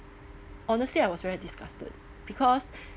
honestly I was very disgusted because